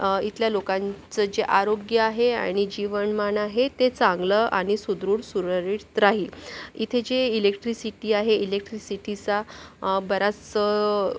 इथल्या लोकांचं जे आरोग्य आहे आणि जीवनमान आहे ते चांगलं आणि सुदृढ सुरळीत राहील इथे जे इलेक्ट्रिसिटी आहे इलेक्ट्रिसिटीचा बराच